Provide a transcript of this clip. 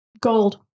Gold